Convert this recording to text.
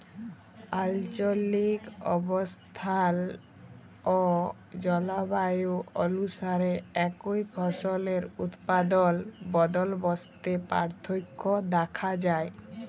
আলচলিক অবস্থাল অ জলবায়ু অলুসারে একই ফসলের উৎপাদল বলদবস্তে পার্থক্য দ্যাখা যায়